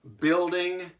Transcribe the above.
building